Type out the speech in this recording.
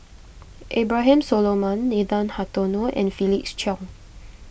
Abraham Solomon Nathan Hartono and Felix Cheong